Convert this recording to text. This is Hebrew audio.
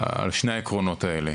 שני העקרונות האלה.